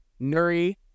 Nuri